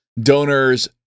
donors